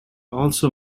also